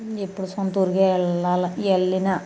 ఎప్పుడు సొంతూరుకి వెళ్ళాలా వెళ్ళినా